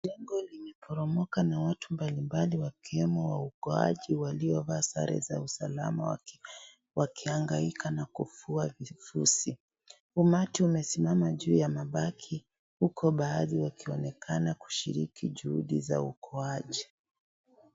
Jengo limeporomaka na watu mbali mbali wakiwemo waokoaji waliovaa sare za usalama wakiangaika na kufuata . Umati umesimama juu ya mabaki huku baadhi wakionekana kushiriki juhudi ya uokoaji.